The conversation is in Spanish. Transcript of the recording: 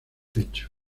pecho